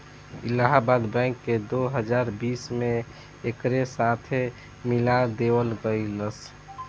Allahabad bank के दो हजार बीस में एकरे साथे मिला देवल गईलस